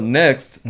next